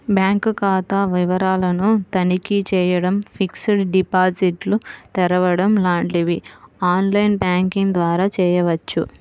bank ఖాతా వివరాలను తనిఖీ చేయడం, ఫిక్స్డ్ డిపాజిట్లు తెరవడం లాంటివి ఆన్ లైన్ బ్యాంకింగ్ ద్వారా చేయవచ్చు